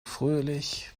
fröhlich